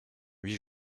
huit